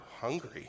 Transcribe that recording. hungry